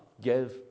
give